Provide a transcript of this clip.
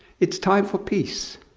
it's time for peace.